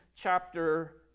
chapter